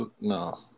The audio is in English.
No